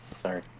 Sorry